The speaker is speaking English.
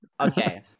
Okay